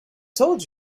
told